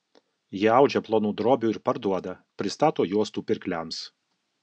ji audžia plonų drobių ir parduoda pristato juostų pirkliams